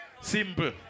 Simple